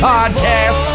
Podcast